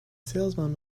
salesman